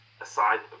aside